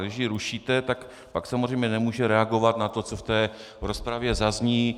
A když ji rušíte, tak pak samozřejmě nemůže reagovat na to, co v té rozpravě zazní.